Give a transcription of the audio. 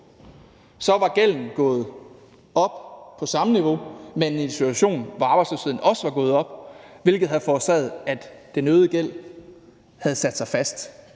så var gælden gået op på samme niveau, men det havde været i en situation, hvor arbejdsløsheden også var gået op, hvilket havde forårsaget, at den øgede gæld havde sat sig fast.